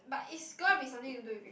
but is gonna be something to do with